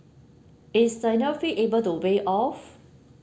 is fee able to waive off